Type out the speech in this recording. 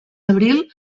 abril